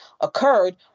occurred